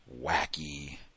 wacky